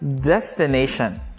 destination